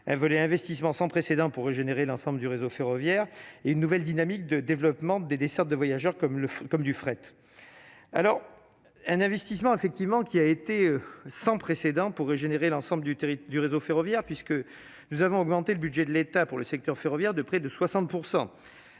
un volet investissement sans précédent pour régénérer l'ensemble du réseau ferroviaire et une nouvelle dynamique de développement des dessertes de voyageurs comme le comme du fret alors un investissement effectivement qui a été sans précédent pour régénérer l'ensemble du territoire du réseau ferroviaire puisque nous avons augmenté le budget de l'État pour le secteur ferroviaire de près de 60